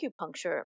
acupuncture